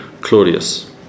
Claudius